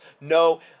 No